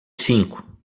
cinco